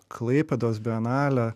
klaipėdos bienalė